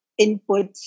inputs